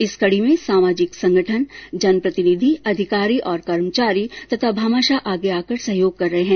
इस कड़ी में सामाजिक संगठन जनप्रतिनिधि अधिकारी और कर्मचारी तथा भामाशाह आगे आकर सहयोग कर रहे है